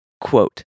Quote